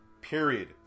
period